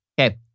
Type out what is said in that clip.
Okay